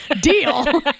Deal